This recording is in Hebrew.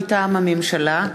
מטעם הממשלה,